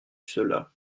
cela